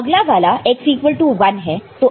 अगला वाला x equal to 1 है